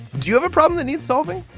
do you have a problem that needs solving?